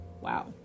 Wow